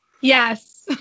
Yes